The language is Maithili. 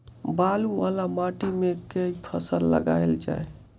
बालू वला माटि मे केँ फसल लगाएल जाए?